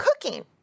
cooking